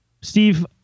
Steve